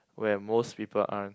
where most people aren't